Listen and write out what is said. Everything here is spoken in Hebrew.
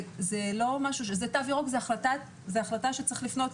זו החלטה שצריך לפנות,